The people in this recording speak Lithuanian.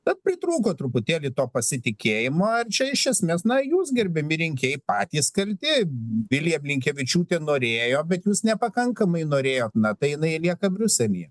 bet pritrūko truputėlį to pasitikėjimo ir čia iš esmės na jūs gerbiami rinkėjai patys kalti vilija blinkevičiūtė norėjo bet jūs nepakankamai norėjot na tai jinai lieka briuselyje